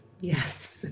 Yes